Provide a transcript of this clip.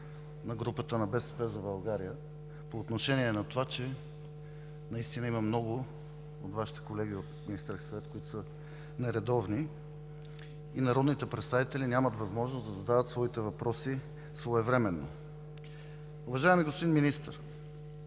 на групата на „БСП за България“ по отношение на това, че наистина много от Вашите колеги от Министерския съвет, са нередовни и народните представители нямат възможност да задават своите въпроси своевременно. Уважаеми господин Министър,